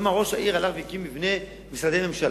ראש העיר שם הלך והקים מבנה של משרדי ממשלה